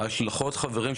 ההשלכות חברים,